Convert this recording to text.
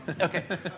okay